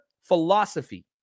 philosophy